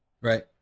Right